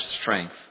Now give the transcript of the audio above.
strength